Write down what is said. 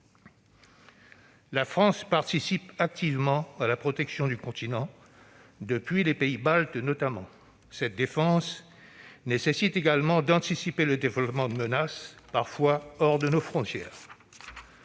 La France participe activement à la protection du continent, notamment depuis les pays Baltes. Cette défense nécessite également d'anticiper le développement de menaces, parfois hors de nos frontières.